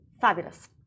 Fabulous